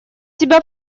тебя